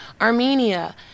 Armenia